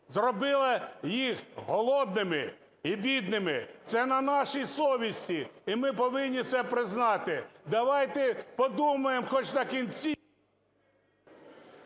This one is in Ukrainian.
зробила їх голодними і бідними. Це на нашій совісті, і ми повинні це признати. Давайте подумаємо хоч накінець…